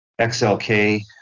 XLK